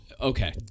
okay